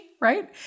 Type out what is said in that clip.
right